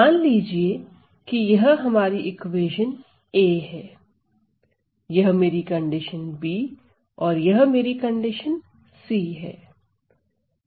मान लीजिए कि यह हमारी इक्वेशन A है यह मेरी कंडीशन B है और यह मेरी कंडीशन C है